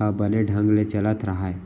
ह बने ढंग ले चलत राहय